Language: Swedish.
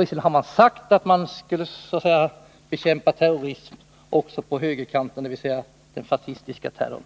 Visserligen har man sagt att man skulle bekämpa terrorism också på högerkanten, dvs. den fascistiska terrorn,